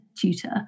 tutor